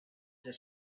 the